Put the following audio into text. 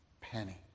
penny